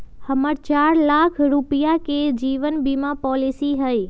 हम्मर चार लाख रुपीया के जीवन बीमा पॉलिसी हई